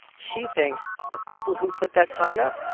she thinks the people who put that sign up,